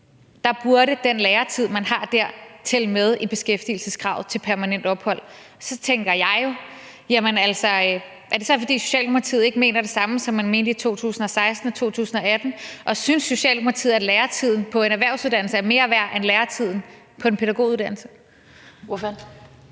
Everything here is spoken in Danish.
mente, at den læretid, der er der, burde tælle med i beskæftigelseskravet til permanent ophold. Så tænker jeg jo: Er det så, fordi Socialdemokratiet ikke mener det samme, som man mente i 2016 og 2018? Og synes Socialdemokratiet, at læretiden på en erhvervsuddannelse er mere værd end læretiden på en pædagoguddannelse? Kl.